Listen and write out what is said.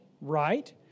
Right